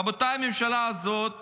רבותיי, הממשלה הזאת